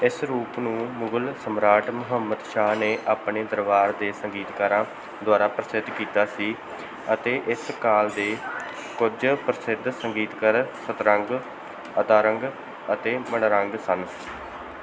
ਇਸ ਰੂਪ ਨੂੰ ਮੁਗਲ ਸਮਰਾਟ ਮੁਹੰਮਦ ਸ਼ਾਹ ਨੇ ਆਪਣੇ ਦਰਬਾਰ ਦੇ ਸੰਗੀਤਕਾਰਾਂ ਦੁਆਰਾ ਪ੍ਰਸਿੱਧ ਕੀਤਾ ਸੀ ਅਤੇ ਇਸ ਕਾਲ ਦੇ ਕੁਝ ਪ੍ਰਸਿੱਧ ਸੰਗੀਤਕਾਰ ਸਤਰੰਗ ਅਦਾਰੰਗ ਅਤੇ ਮਨਰੰਗ ਸਨ